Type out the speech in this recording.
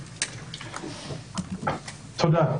תודה.